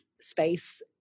space